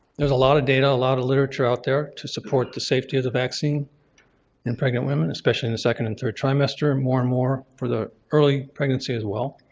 there's a lot of data, a lot of literature out there to support the safety of the vaccine in pregnant women, especially in the second and third trimester, and more and more for the early pregnancy as well.